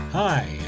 Hi